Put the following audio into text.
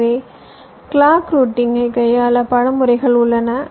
எனவே கிளாக் ரூட்டிங்கை கையாள பல முறைகள் உள்ளன